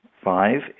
Five